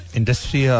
industry